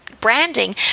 branding